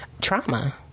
trauma